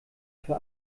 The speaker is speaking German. für